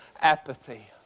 apathy